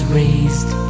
raised